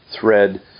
thread